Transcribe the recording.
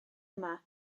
yma